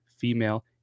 female